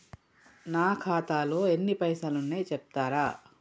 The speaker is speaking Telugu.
నా ఖాతాలో ఎన్ని పైసలు ఉన్నాయి చెప్తరా?